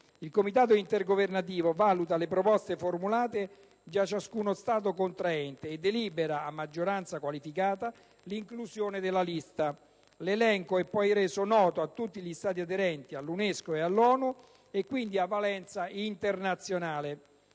Il comitato intergovernativo valuta le proposte formulate da ciascuno Stato contraente e delibera a maggioranza qualificata l'inclusione nella lista. L'elenco è poi reso noto a tutti gli Stati aderenti, all'UNESCO ed all'ONU, e quindi ha valenza internazionale.